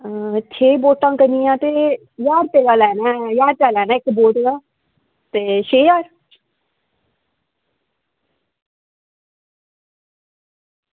छे बोटां करनियां ते ज्हार रपेआ लैना ऐ इक्क बोट दा ते छे ज्हार